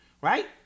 right